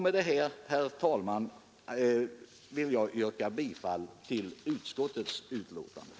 Med detta, herr talman, ber jag att få yrka bifall till utskottets hemställan.